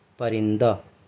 پرندہ